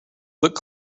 look